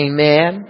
Amen